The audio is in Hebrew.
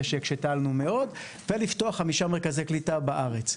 שהקשתה עלינו מאוד ולפתוח חמישה מרכזי קליטה בארץ,